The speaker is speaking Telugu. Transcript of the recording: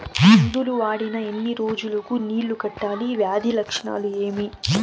మందులు వాడిన ఎన్ని రోజులు కు నీళ్ళు కట్టాలి, వ్యాధి లక్షణాలు ఏమి?